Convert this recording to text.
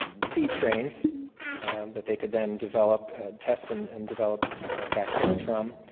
seed strains that they could then develop test and and develop vaccines from.